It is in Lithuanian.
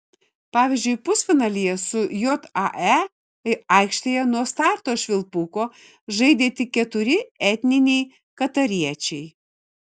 pavyzdžiui pusfinalyje su jae aikštėje nuo starto švilpuko žaidė tik keturi etniniai katariečiai